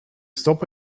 stop